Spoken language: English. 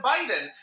Biden